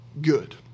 good